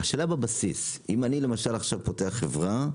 השאלה בבסיס, אם אני למשל עכשיו פותח חברה,